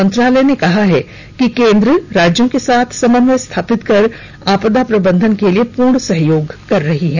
मंत्रालय ने कहा है कि केन्द्र राज्यों के साथ समन्वय स्थापित कर आपदा प्रबंधन के लिए पूर्ण सहयोग कर रही है